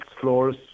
floors